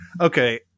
Okay